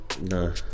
No